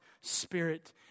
spirit